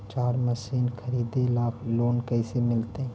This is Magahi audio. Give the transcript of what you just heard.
चारा मशिन खरीदे ल लोन कैसे मिलतै?